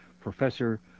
professor